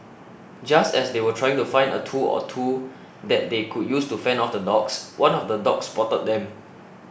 just as they were trying to find a tool or two that they could use to fend off the dogs one of the dogs spotted them